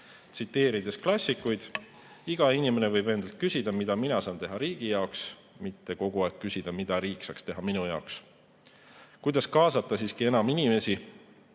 Tsiteerides klassikuid: iga inimene võib endalt küsida, mida mina saan teha riigi jaoks, mitte kogu aeg küsida, mida riik saaks teha minu jaoks. Kuidas siiski kaasata enam inimesi?